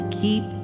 keep